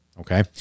okay